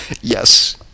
Yes